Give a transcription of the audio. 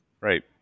right